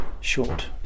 short